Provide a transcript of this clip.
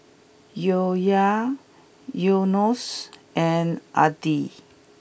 Yahya Yunos and Adi